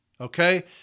Okay